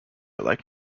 like